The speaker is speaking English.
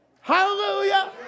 Hallelujah